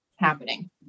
happening